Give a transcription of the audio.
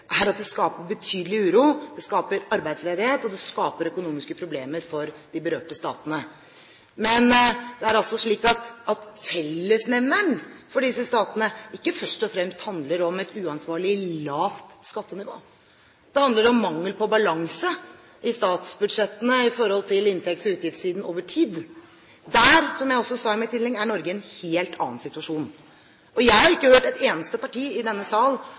er at det skaper betydelig uro, det skaper arbeidsledighet, og det skaper økonomiske problemer for de berørte statene. Men fellesnevneren for disse statene handler ikke først og fremst om et uansvarlig lavt skattenivå. Det handler om mangel på balanse i statsbudsjettene i forhold til inntekts- og utgiftssiden over tid. Der, som jeg også sa i mitt innlegg, er Norge i en helt annen situasjon. Jeg har ikke hørt et eneste parti i denne sal